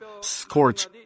scorch